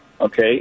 okay